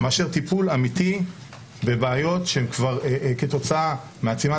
מאשר טיפול אמיתי בבעיות כתוצאה מעצימת